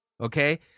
okay